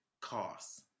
cost